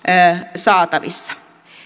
saatavissa